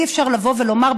אי-אפשר לבוא ולומר,